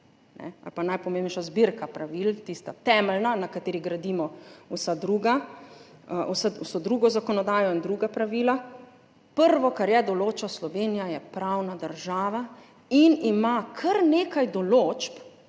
ali pa najpomembnejša zbirka pravil, tista temeljna, na kateri gradimo vso drugo zakonodajo in druga pravila, prvo, kar je, določa, Slovenija je pravna država, in ima kar nekaj določb,